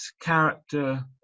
character